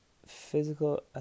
Physical